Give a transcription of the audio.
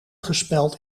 gespeld